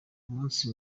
umunsi